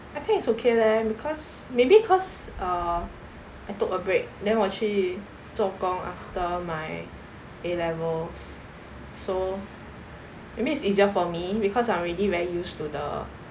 I think it's okay leh because maybe cause err I took a break then 我去做工 after my A levels so I mean it's easier for me because I am already very used to the